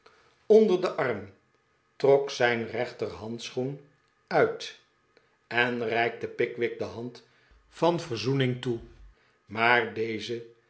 onder den arm trok zijn rechterhandschoen uit en reikte pickwick de hand van verzoening toe maar deze